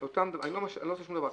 אני לא עושה שום דבר.